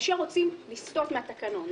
כאשר רוצים לסטות מהתקנון,